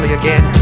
again